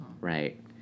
right